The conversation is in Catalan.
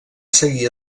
seguir